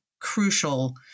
crucial